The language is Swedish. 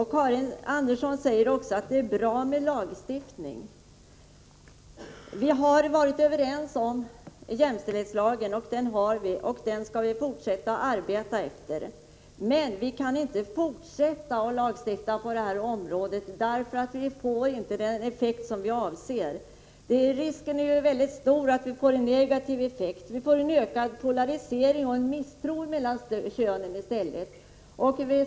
Karin Andersson säger också att det är bra med lagstiftning. Vi var överens när det gällde att införa jämställdhetslagen. Nu har vi en sådan lag, och vi skall fortsättningsvis följa den lagen. Däremot kan vi inte fortsätta att lagstifta på det här området, eftersom effekten inte blir den avsedda. Det är ,;nämligen väldigt stor risk att detta får negativa effekter. Vi får en ökad polarisering och en misstro mellan könen.